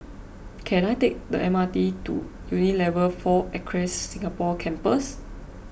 can I take the M R T to Unilever four Acres Singapore Campus